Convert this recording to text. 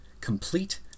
complete